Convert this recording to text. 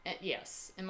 Yes